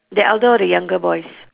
the elder or the younger boys